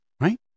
right